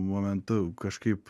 momentu kažkaip